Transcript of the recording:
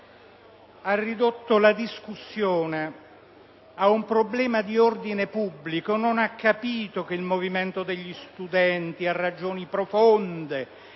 ha ridotto la discussione ad un problema di ordine pubblico, non ha capito che il movimento degli studenti ha ragioni profonde.